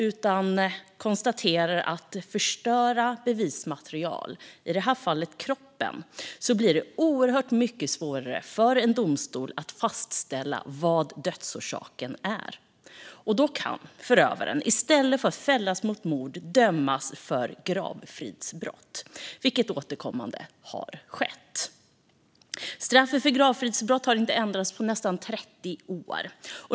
Om bevismaterial förstörs, i det här fallet kroppen, blir det oerhört mycket svårare för en domstol att fastställa dödsorsaken. Då kan förövaren i stället för att fällas för mord dömas för gravfridsbrott, vilket återkommande har skett. Straffet för gravfridsbrott har inte ändrats på nästan 30 år.